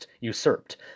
usurped